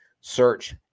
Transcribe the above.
Search